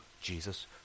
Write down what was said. jesus